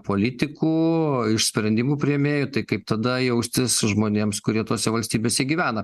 politikų iš sprendimų priėmėjų tai kaip tada jaustis žmonėms kurie tose valstybėse gyvena